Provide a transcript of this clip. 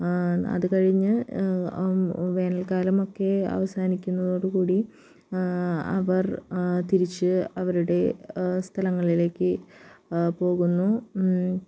അതുകഴിഞ്ഞ് വേനൽക്കാലമൊക്കെ അവസാനിക്കുന്നതോടുകൂടി അവർ തിരിച്ച് അവരുടെ സ്ഥലങ്ങളിലേക്ക് പോകുന്നു